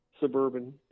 Suburban